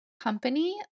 Company